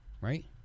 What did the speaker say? Right